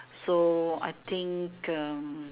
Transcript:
so I think um